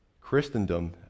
Christendom